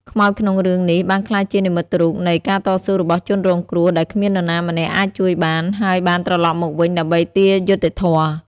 ខ្មោចក្នុងរឿងនេះបានក្លាយជានិមិត្តរូបនៃ ការតស៊ូរបស់ជនរងគ្រោះ ដែលគ្មាននរណាម្នាក់អាចជួយបាន ហើយបានត្រឡប់មកវិញដើម្បីទារយុត្តិធម៌។